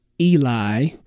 Eli